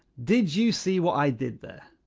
did you see what i did there?